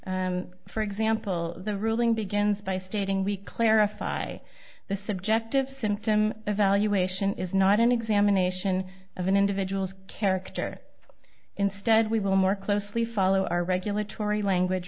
for example the ruling begins by stating we clarify the subjective symptom evaluation is not an examination of an individual's character instead we will more closely follow our regulatory language